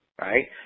Right